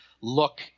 look